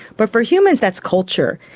but for humans that's culture.